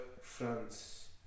France